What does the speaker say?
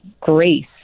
grace